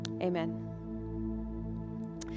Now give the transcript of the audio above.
Amen